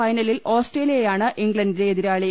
ഫൈനലിൽ ഓസ്ട്രേലിയയാണ് ഇംഗ്ലണ്ടിന്റെ എതിരാളി